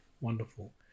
Wonderful